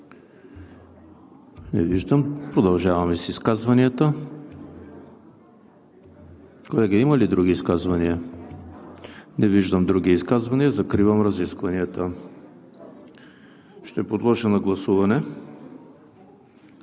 Не виждам. Продължаваме с изказванията. Колеги, има ли други изказвания? Не виждам. Закривам разискванията. Подлагам на гласуване